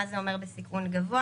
מה זה אומר בסיכון גבוה?